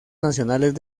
nacionales